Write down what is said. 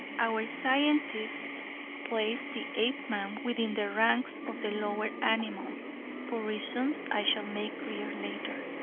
our scientists placed the apeman within the ranks of the lower animals for reasons i shall make clear later.